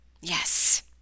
Yes